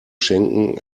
schenken